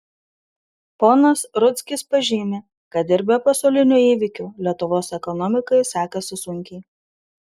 ponas rudzkis pažymi kad ir be pasaulinių įvykių lietuvos ekonomikai sekasi sunkiai